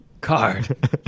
card